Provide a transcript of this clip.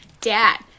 dad